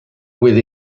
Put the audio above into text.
with